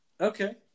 Okay